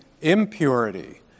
impurity